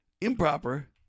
improper